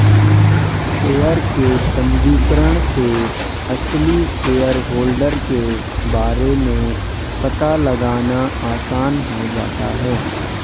share के पंजीकरण से असली शेयरहोल्डर के बारे में पता लगाना आसान हो जाता है